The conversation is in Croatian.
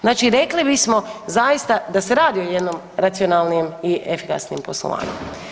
Znači, rekli bismo zaista da se radi o jednom racionalnijem i efikasnijem poslovanju.